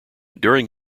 during